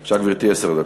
עשר דקות.